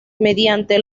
mediante